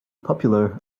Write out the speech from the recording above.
popular